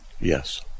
Yes